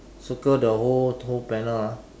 circle the whole whole panel ah